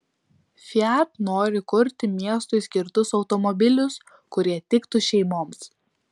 fiat nori kurti miestui skirtus automobilius kurie tiktų šeimoms